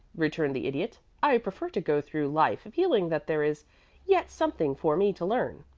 returned the idiot. i prefer to go through life feeling that there is yet something for me to learn.